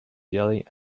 yelling